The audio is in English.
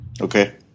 Okay